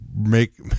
make